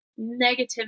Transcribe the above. negativity